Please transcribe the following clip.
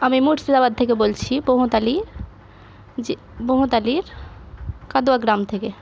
আমি মুর্শিদাবাদ থেকে বলছি পোমোতালি যে পোমোতালির কাদোয়া গ্রাম থেকে